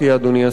אדוני השר,